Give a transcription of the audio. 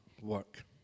work